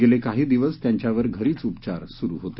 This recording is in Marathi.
गेले काही दिवस त्यांच्यांवर घरीच उपचार सुरू होते